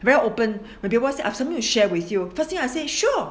very open when people say I have something to share with you first thing I say sure